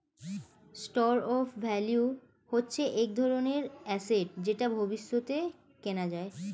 store of value হচ্ছে এক ধরনের অ্যাসেট যেটা ভবিষ্যতে কেনা যায়